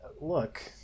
look